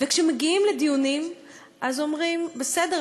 וכשמגיעים לדיונים אומרים: בסדר,